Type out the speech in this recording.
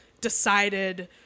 decided